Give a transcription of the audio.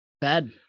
Bad